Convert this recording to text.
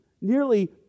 nearly